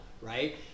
right